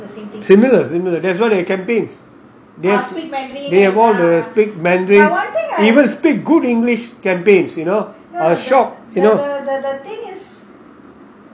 similar similar that's why there are campaigns they have they have all the speak mandarin even speak good english campaigns you know shock